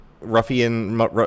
ruffian